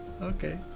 Okay